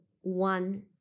one